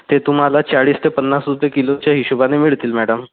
ते तुम्हाला चाळीस ते पन्नास रुपये किलोच्या हिशोबाने मिळतील मॅडम